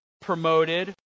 promoted